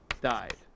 died